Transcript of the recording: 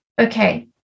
Okay